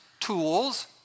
tools